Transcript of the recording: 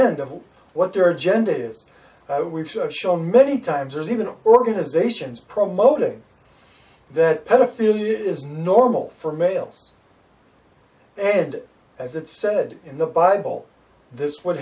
end of what their agenda is that we should show many times or even organizations promoting that pedophilia is normal for males and as it said in the bible this would